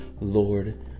Lord